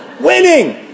Winning